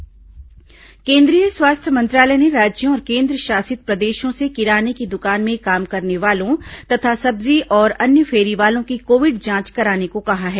स्वास्थ्य मंत्रालय कोविड जांच केंद्रीय स्वास्थ्य मंत्रालय ने राज्यों और केन्द्रशासित प्रदेशों से किराने की दुकान में काम करने वालों तथा सब्जी और अन्य फेरी वालों की कोविड जांच कराने को कहा है